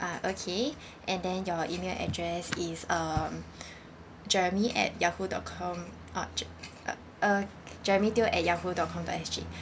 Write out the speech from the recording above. uh okay and then your email address is um jeremy at yahoo dot com uh je~ uh uh jeremy teo at yahoo dot com dot S_G